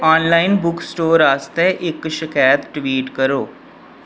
online bookstore आस्तै इक शकैत ट्वीट करो